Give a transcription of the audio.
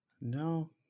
No